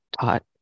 taught